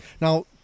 Now